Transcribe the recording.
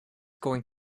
going